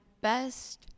best